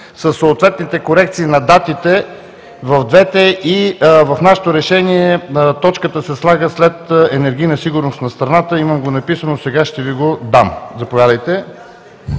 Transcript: със съответните корекции на датите и в двете. В нашето решение точката се слага след „енергийна сигурност на страната“. Имам го написано, ще Ви го дам. Смятам,